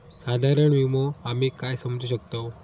साधारण विमो आम्ही काय समजू शकतव?